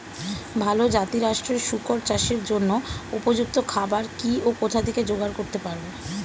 ভালো জাতিরাষ্ট্রের শুকর চাষের জন্য উপযুক্ত খাবার কি ও কোথা থেকে জোগাড় করতে পারব?